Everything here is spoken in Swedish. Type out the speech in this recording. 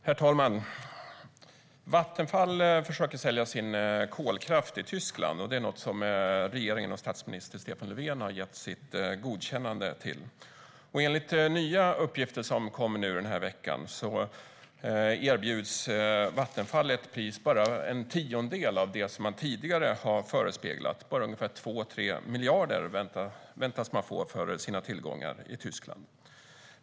Herr talman! Vattenfall försöker sälja sin kolkraft i Tyskland. Det har regeringen och statsminister Stefan Löfven gett sitt godkännande. Enligt nya uppgifter som kom den här veckan erbjuds Vattenfall ett pris på bara en tiondel av det som man tidigare har förespeglat. Bara ungefär 2-3 miljarder väntas man få för sina tillgångar i Tyskland.